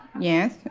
Yes